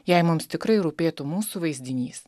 jei mums tikrai rūpėtų mūsų vaizdinys